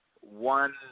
one